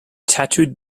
tattooed